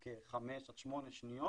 כחמש עד שמונה שניות